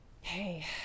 Hey